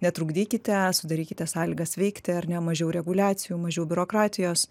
netrukdykite sudarykite sąlygas veikti ar ne mažiau reguliacijų mažiau biurokratijos